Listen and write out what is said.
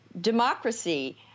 democracy